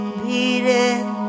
beating